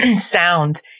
sound